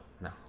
no